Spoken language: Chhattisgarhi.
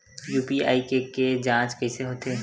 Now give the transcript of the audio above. यू.पी.आई के के जांच कइसे होथे?